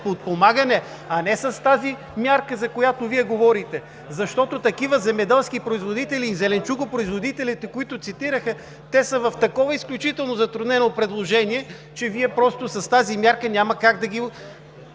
подпомагане, а не с тази мярка, за която Вие говорите. Защото такива земеделски производители и зеленчукопроизводителите, които цитирахте, те са в такова изключително затруднено положение, че Вие с тази мярка няма как да ги